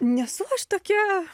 nesu aš tokia